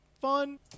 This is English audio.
fun